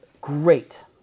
Great